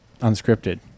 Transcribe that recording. Unscripted